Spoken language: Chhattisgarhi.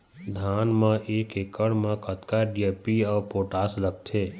धान म एक एकड़ म कतका डी.ए.पी अऊ पोटास लगथे?